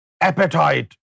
appetite